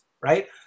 right